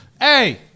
Hey